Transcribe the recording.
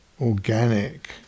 organic